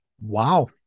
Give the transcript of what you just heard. wow